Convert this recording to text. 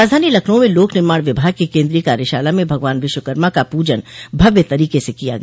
राजधानी लखनऊ में लोक निर्माण विभाग की केन्द्रीय कार्यशाला में भगवान विश्वकर्मा का पूजन भव्य तरीके से किया गया